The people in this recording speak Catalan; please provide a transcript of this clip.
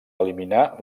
eliminar